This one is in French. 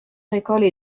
agricoles